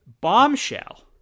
Bombshell